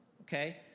okay